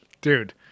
Dude